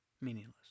meaningless